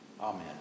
Amen